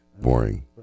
Boring